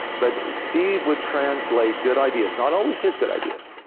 but steve would translate good ideas, not always his good ideas,